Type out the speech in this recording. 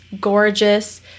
gorgeous